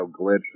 glitch